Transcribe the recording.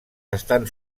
estan